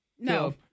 No